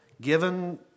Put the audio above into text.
Given